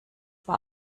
war